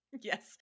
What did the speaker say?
Yes